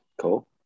Cool